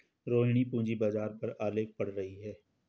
रोहिणी पूंजी बाजार पर आलेख पढ़ रही है